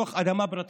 בתוך אדמה פרטית,